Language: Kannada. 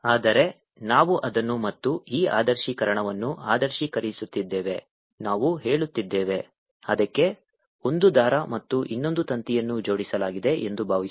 ಆದರೆ ನಾವು ಅದನ್ನು ಮತ್ತು ಈ ಆದರ್ಶೀಕರಣವನ್ನು ಆದರ್ಶೀಕರಿಸುತ್ತಿದ್ದೇವೆ ನಾವು ಹೇಳುತ್ತಿದ್ದೇವೆ ಅದಕ್ಕೆ ಒಂದು ದಾರ ಮತ್ತು ಇನ್ನೊಂದು ತಂತಿಯನ್ನು ಜೋಡಿಸಲಾಗಿದೆ ಎಂದು ಭಾವಿಸೋಣ